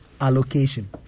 allocation